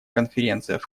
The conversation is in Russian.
конференциях